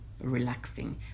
relaxing